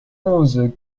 onze